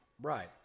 Right